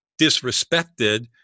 disrespected